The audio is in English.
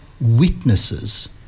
witnesses